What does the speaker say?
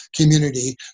community